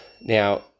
Now